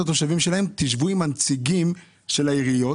התושבים שלהם תשבו עם הנציגים של העיריות